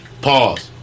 Pause